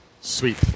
Sweet